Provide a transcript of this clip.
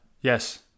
yes